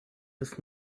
ist